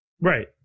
Right